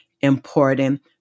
important